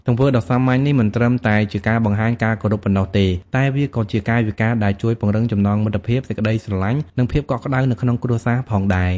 ទង្វើដ៏សាមញ្ញនេះមិនត្រឹមតែជាការបង្ហាញការគោរពប៉ុណ្ណោះទេ តែវាក៏ជាកាយវិការដែលជួយពង្រឹងចំណងមិត្តភាព សេចក្ដីស្រឡាញ់ និងភាពកក់ក្ដៅនៅក្នុងគ្រួសារផងដែរ។